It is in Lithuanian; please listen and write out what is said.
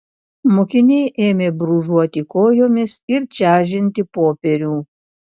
mokiniai ėmė brūžuoti kojomis ir čežinti popierių